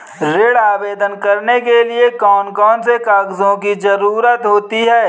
ऋण आवेदन करने के लिए कौन कौन से कागजों की जरूरत होती है?